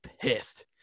pissed